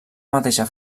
mateixa